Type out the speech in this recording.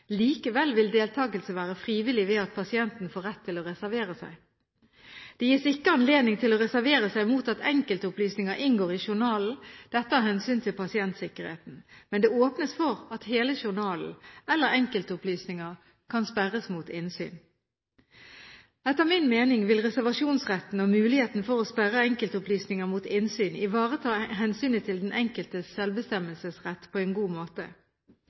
Likevel vil deltakelse være frivillig ved at pasienten får rett til å reservere seg. Det gis ikke anledning til å reservere seg mot at enkeltopplysninger inngår i journalen – dette av hensyn til pasientsikkerheten. Men det åpnes for at hele journalen eller enkeltopplysninger kan sperres mot innsyn. Etter min mening vil reservasjonsretten og muligheten for å sperre enkeltopplysninger mot innsyn ivareta hensynet til den enkeltes selvbestemmelsesrett på en god måte.